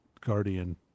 Guardian